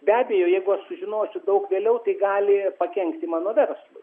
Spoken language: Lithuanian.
be abejo jeigu aš sužinosiu daug vėliau tai gali pakenkti mano verslui